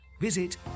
Visit